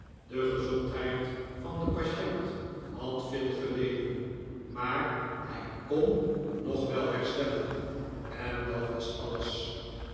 de gezondheid van den patient had veel geleden maar hij k o n nog wel herstellen en dat was alles